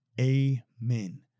Amen